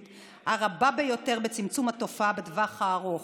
הרבה ביותר בצמצום התופעה בטווח הארוך.